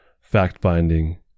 fact-finding